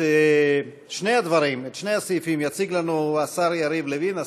את שני הסעיפים יציג לנו השר יריב לוין,